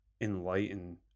enlighten